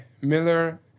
Miller